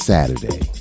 Saturday